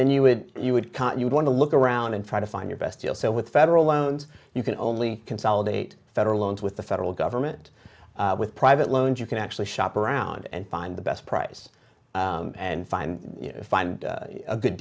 then you would you would cut you'd want to look around and try to find your best deal so with federal loans you can only consolidate federal loans with the federal government with private loans you can actually shop around and find the best price and find a good